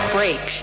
Break